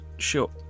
Sure